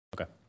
Okay